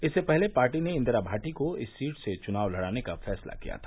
इससे पहले पार्टी ने इन्दिरा भाटी को इस सीट से चुनाव लड़ाने का फैसला किया था